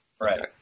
Right